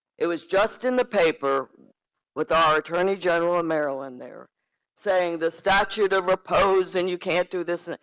it was just in the paper with our attorney general and maryland, they're saying the statute of repose and you can't do this. and